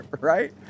right